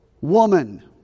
woman